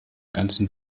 ganzen